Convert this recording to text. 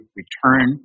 return